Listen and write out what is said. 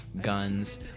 Guns